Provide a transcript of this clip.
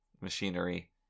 machinery